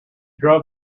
drove